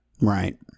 Right